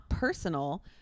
personal